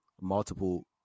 multiple